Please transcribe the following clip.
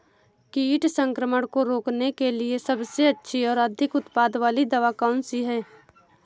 कीट संक्रमण को रोकने के लिए सबसे अच्छी और अधिक उत्पाद वाली दवा कौन सी है?